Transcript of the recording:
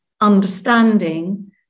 understanding